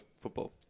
football